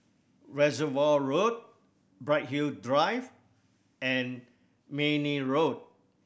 Reservoir Road Bright Hill Drive and Mayne Road